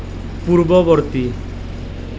পূৰ্ববৰ্তী